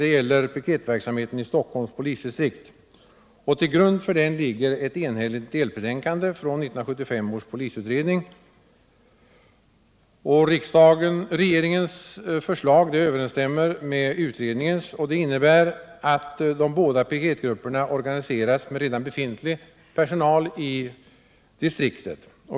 Det gäller piketverksamheten i Stockholms polisdistrikt. Till grund för denna ligger ett enhälligt delbetänkande från 1975 års polisutredning. Regeringens förslag överensstämmer med utredningens och innebär att piketgrupperna organiseras med redan befintlig personal i distriktet.